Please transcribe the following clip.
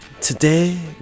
Today